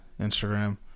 Instagram